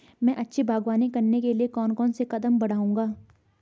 मैं अच्छी बागवानी करने के लिए कौन कौन से कदम बढ़ाऊंगा?